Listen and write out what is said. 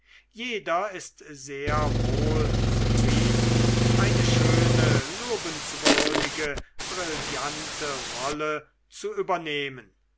jeder ist sehr wohl zufrieden eine schöne lobenswürdige brillante rolle zu übernehmen